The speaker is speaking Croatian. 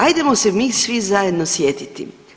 Ajdemo se mi svi zajedno sjetiti.